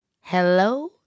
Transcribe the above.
Hello